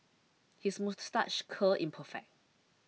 his moustache curl is perfect